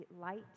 light